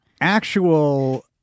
actual